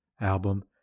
album